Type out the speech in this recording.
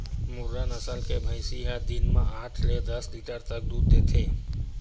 मुर्रा नसल के भइसी ह दिन म आठ ले दस लीटर तक दूद देथे